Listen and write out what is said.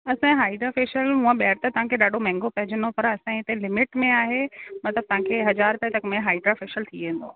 असांजो hydra facial भाई ॿियो त तव्हांखे ॾाढो महांगो पवंदो पर असांजे इते लिमिट में आहे मतिलब तव्हांखे हज़ार रुपये में हाइड्रा फेशियल थी वेंदो